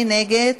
מי נגד?